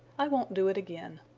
i won't do it again.